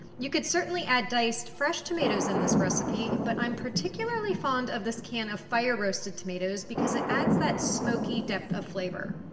you could certainly add diced fresh tomatoes in this recipe, but i'm particularly fond of this can of fire-roasted tomatoes, because it adds that smokey depth of flavor.